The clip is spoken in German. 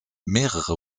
mehrere